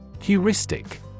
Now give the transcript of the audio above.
Heuristic